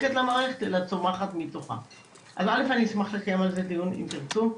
אז אני אשמח לקיים על זה דיון עם תרצו.